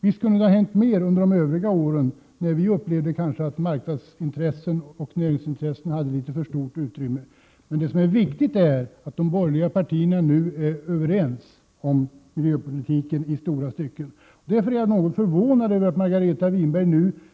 Visst kunde det ha hänt mer under de övriga åren, när vi upplevde att marknadsintressen och näringsintressen hade litet för stort utrymme. Men det som är viktigt är att de borgerliga partierna nu är överens om miljöpolitiken i stora stycken. Därför är jag något förvånad över Margareta Winbergs sätt att argumentera.